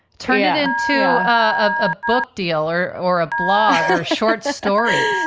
turned into a book deal or or a blog or short stories.